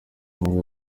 umwe